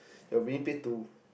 you're being paid to